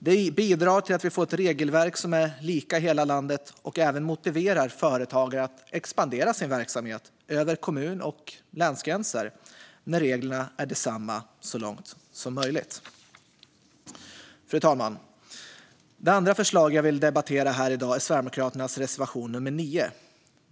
Det bidrar till att vi får ett regelverk som är lika i hela landet, och det motiverar även företagare att expandera sin verksamhet över kommun och länsgränser när reglerna är desamma så långt som möjligt. Fru talman! Det andra förslag jag vill debattera här i dag är Sverigedemokraternas reservation 9.